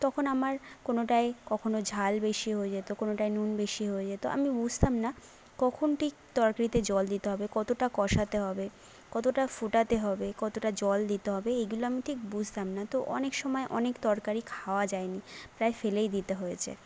তখন আমার কোনোটাই কখনো ঝাল বেশি হয়ে যেতো কোনোটায় নুন বেশি হয়ে যেতো আমি বুঝতাম না কখন ঠিক তরকারিতে জল দিতে হবে কতোটা কষাতে হবে কতোটা ফুটাতে হবে কতোটা জল দিতে হবে এগুলো আমি ঠিক বুঝতাম না তো অনেক সময় অনেক তরকারি খাওয়া যায় নি প্রায় ফেলেই দিতে হয়েছে